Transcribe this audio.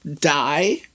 die